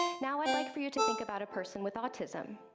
now i'd like for you to think about a person with autism.